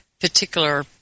particular